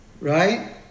Right